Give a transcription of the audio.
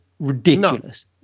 Ridiculous